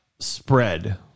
spread